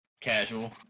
Casual